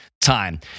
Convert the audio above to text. time